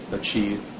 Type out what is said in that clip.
achieve